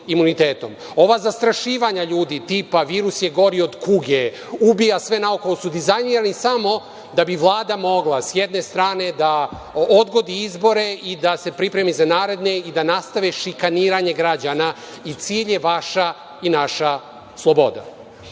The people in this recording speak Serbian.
Ova zastrašivanja ljudi, tipa virus je gori od kuge, ubija sve unaokolo, su dizajnirana samo da bi Vlada mogla, sa jedne strane, da odgodi izbore i da se pripremi za naredne i da nastave šikaniranje građana i cilj je vaša i naša sloboda. Ono